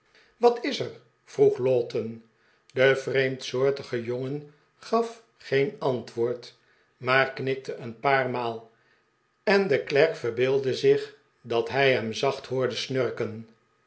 wat is er vroeg lowten de vreemdsoortige jongen gaf geen antwoord maar knikte een paar maal en de klerk verbeeldde zich dat hij hem zacht hoorde snurken